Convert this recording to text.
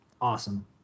Awesome